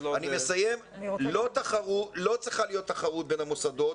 לא צריכה להיות תחרות בין המוסדות,